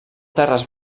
terres